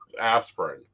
aspirin